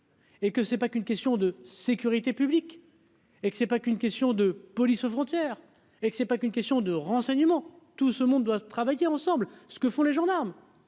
Et que c'est pas qu'une question de sécurité publique et que c'est pas qu'une question de police aux frontières et c'est pas qu'une question de renseignements tout ce monde doivent travailler ensemble, ce que font les gendarmes